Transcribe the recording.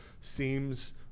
seems